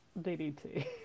DDT